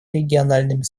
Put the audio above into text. региональными